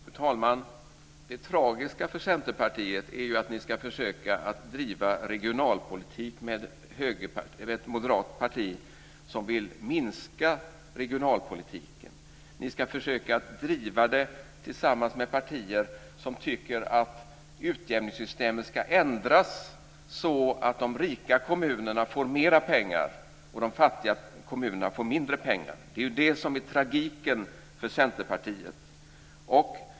Fru talman! Det tragiska för er i Centerpartiet är att ni ska försöka att driva regionalpolitik med ett moderat parti som vill minska regionalpolitiken. Ni ska försöka driva politik tillsammans med partier som tycker att utjämningssystemet ska ändras så att de rika kommunerna får mera pengar och de fattiga kommunerna får mindre pengar. Det är det som är tragiken för Centerpartiet.